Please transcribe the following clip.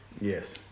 Yes